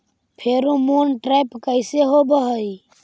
Pheromone trap कैसे होब हई?